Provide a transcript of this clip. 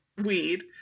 weed